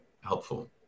helpful